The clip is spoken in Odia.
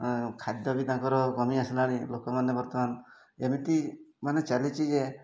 ଖାଦ୍ୟ ବି ତାଙ୍କର କମି ଆସିଲାଣି ଲୋକମାନେ ବର୍ତ୍ତମାନ ଏମିତି ମାନେ ଚାଲିଛି ଯେ